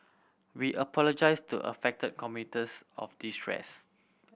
we apologize to affected commuters of distress